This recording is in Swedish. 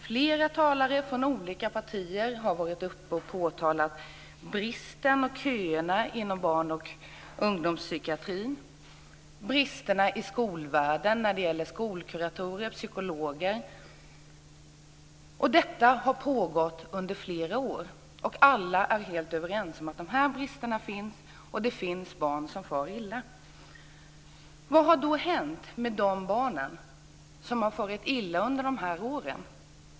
Flera talare från olika partier har varit uppe och påtalat bristen och köerna inom barn och ungdomspsykiatrin och bristerna i skolvärlden när det gäller skolkuratorer och psykologer. Detta har pågått under flera år. Alla är helt överens om att de här bristerna finns och att det finns barn som far illa. Vad har då hänt med de barn som har farit illa under de här åren?